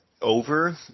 over